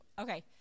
okay